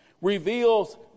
reveals